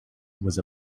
was